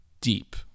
deep